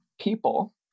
people